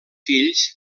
fills